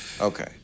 Okay